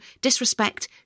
disrespect